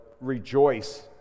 rejoice